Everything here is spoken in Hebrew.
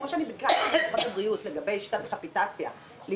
כפי שביקשתי ממשרד הבריאות,